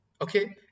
okay